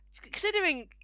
Considering